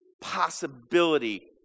possibility